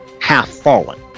half-fallen